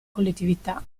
collettività